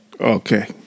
Okay